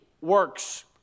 works